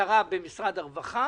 למטרה במשרד הרווחה